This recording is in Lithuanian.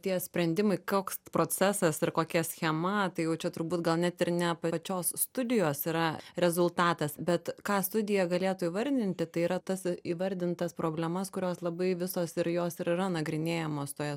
tie sprendimai koks procesas ir kokia schema tai jaučia turbūt gal net ir ne pačios studijos yra rezultatas bet ką studija galėtų įvardinti tai yra tas įvardintas problemas kurios labai visos ir jos ir yra nagrinėjamos toje